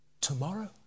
Tomorrow